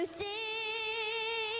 see